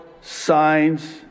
signs